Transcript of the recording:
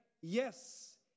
yes